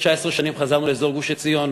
אחרי 19 שנים חזרנו לאזור גוש-עציון